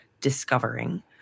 discovering